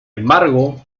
embargo